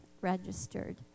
registered